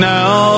Now